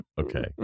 Okay